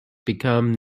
become